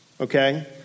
okay